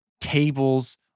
tables